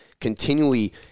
continually